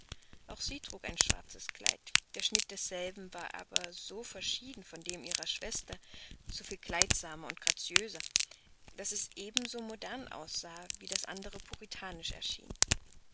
auch sie trug ein schwarzes kleid der schnitt desselben war aber so verschieden von dem ihrer schwester so viel kleidsamer und graziöser daß es ebenso modern aussah wie das andere puritanisch erschien